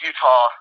Utah